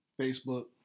Facebook